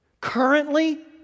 Currently